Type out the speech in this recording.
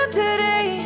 today